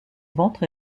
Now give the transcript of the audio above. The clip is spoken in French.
ventre